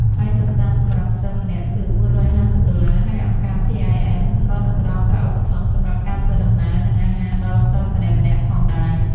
ថ្លៃសិក្សាសម្រាប់សិស្សម្នាក់គឺ ៤៥០ ដុល្លារ ហើយអង្គការ PIN ក៏នឹងផ្តល់ប្រាក់ឧបត្ថម្ភសម្រាប់ការធ្វើដំណើរនិងអាហារដល់សិស្សម្នាក់ៗផងដែរ”។